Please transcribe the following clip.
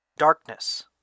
darkness